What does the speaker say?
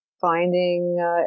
finding